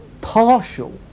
partial